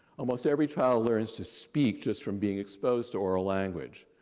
almost every child learns to speak just from being exposed to oral language.